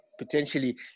potentially